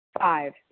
Five